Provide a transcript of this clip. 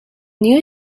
new